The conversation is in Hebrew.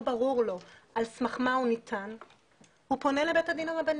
ברור לו על סמך מה הוא ניתן הוא פונה לבית הדין הרבני,